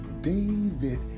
David